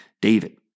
David